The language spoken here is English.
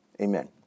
Amen